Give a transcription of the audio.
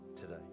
today